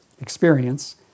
experience